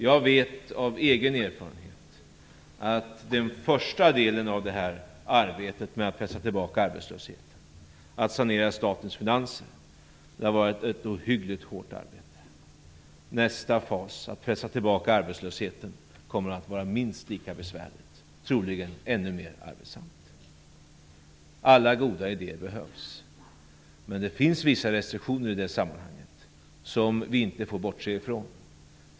Jag vet av egen erfarenhet att den första delen av arbetet med att pressa tillbaka arbetslösheten, att sanera statens finanser, har varit ett ohyggligt hårt arbete. Nästa fas för att pressa tillbaka arbetslösheten kommer att bli minst lika besvärlig, troligen ännu mer arbetsam. Alla goda idéer behövs, men det finns vissa restriktioner i det sammanhanget som vi inte får bortse från.